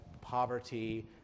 poverty